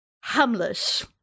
Hamlet